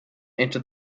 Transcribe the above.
into